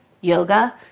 yoga